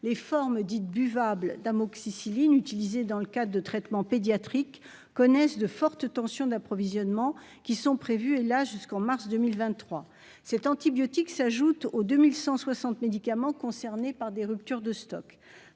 les formes dites buvable d'amoxicilline utilisés dans le cas de traitements pédiatriques connaissent de fortes tensions d'approvisionnement qui sont prévus, et là, jusqu'en mars 2023 cet antibiotique s'ajoutent aux 2160 médicaments concernés par des ruptures de stock,